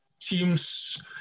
teams